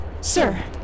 Sir